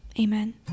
amen